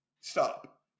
stop